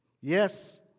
Yes